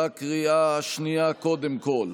בקריאה השנייה, קודם כול.